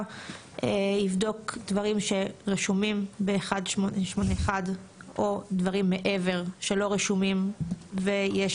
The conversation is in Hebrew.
יבדוק דברים שרשומים ב-1881 או דברים מעבר שלא רשומים ויש